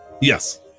Yes